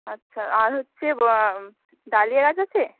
আচ্ছা আর হচ্ছে ডালিয়া গাছ আছে